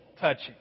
touching